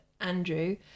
Andrew